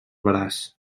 braç